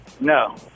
No